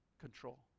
control